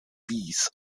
wies